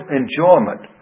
enjoyment